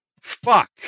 fuck